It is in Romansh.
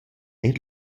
eir